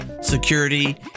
security